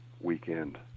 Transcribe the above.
weekend